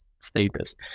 status